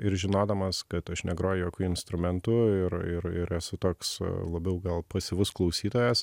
ir žinodamas kad aš negroju jokiu instrumentu ir ir ir esu toks labiau gal pasyvus klausytojas